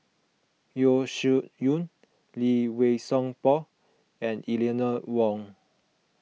Yeo Shih Yun Lee Wei Song Paul and Eleanor Wong